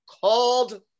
called